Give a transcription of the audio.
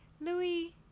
Louis